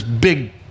big